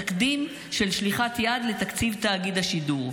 תקדים של שליחת יד לתקציב תאגיד השידור,